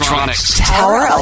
Tower